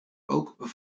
ook